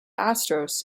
astros